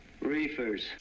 Reefers